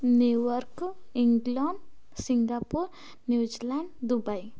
New Zealand England Singapore New Zealand Dubai